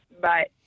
Bye